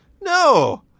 no